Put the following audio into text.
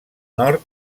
nord